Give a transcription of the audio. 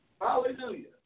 Hallelujah